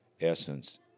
essence